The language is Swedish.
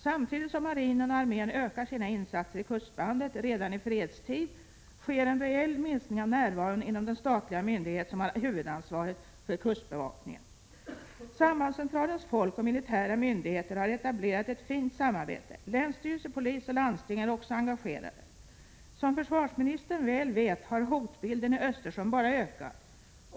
Samtidigt som marinen och armén ökar sina insatser i kustbandet redan i fredstid sker en reell minskning av närvaron inom den statliga myndighet som har huvudansvaret för kustbevakningen.” Sambandscentralens folk och militära myndigheter har etablerat ett fint samarbete. Länsstyrelse, polis och landsting är också engagerade. Som försvarsministern väl vet har hotbilden i Östersjön bara ökat.